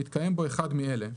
שמתקיים בה אחד מאלה: